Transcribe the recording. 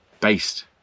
based